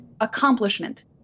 accomplishment